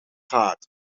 gaat